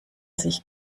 sich